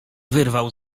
wyrwał